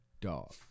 dog